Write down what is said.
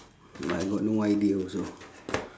I got no idea also